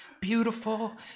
beautiful